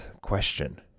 question